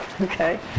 Okay